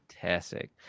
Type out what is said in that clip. fantastic